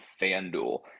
FanDuel